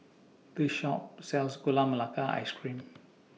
This Shop sells Gula Melaka Ice Cream